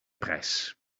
prijs